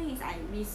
ya